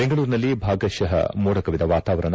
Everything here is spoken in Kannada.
ಬೆಂಗಳೂರಿನಲ್ಲಿ ಭಾಗಶಃ ಮೋಡಕವಿದ ವಾತವರಣ